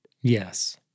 Yes